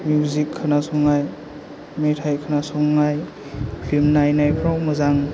music खोनासंनाय मेथाइ खोनासंनाय फिल्म नायनायफ्राव मोजां